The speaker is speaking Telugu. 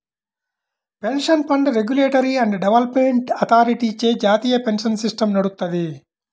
pension fund regulatory and development అథారిటీచే జాతీయ పెన్షన్ సిస్టమ్ నడుత్తది